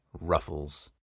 Ruffles